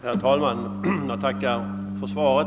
Herr talman! Jag tackar för svaret.